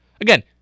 Again